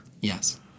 Yes